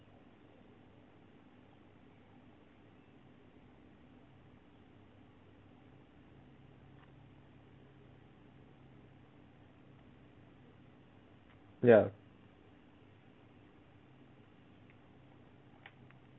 ya